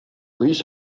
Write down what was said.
riche